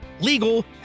legal